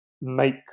make